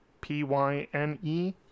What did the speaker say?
p-y-n-e